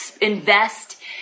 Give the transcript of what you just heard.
invest